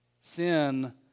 Sin